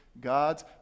God's